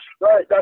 right